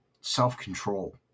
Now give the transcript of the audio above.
self-control